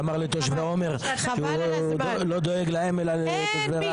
אמר לתושבי עומר שהוא לא דואג להם אלא לתושבי רהט.